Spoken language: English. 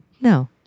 No